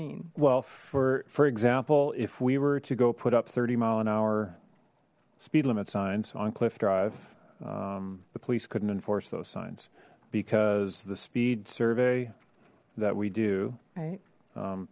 mean well for for example if we were to go put up thirty mile an hour speed limit signs on cliff drive the police couldn't enforce those signs because the speed survey that we